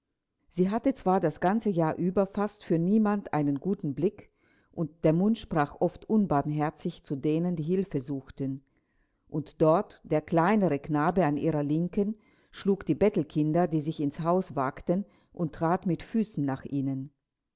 sie hatte zwar das ganze jahr über fast für niemand einen guten blick und der mund sprach oft unbarmherzig zu denen die hilfe suchten und dort der kleinere knabe an ihrer linken schlug die bettelkinder die sich ins haus wagten und trat mit füßen nach ihnen